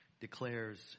declares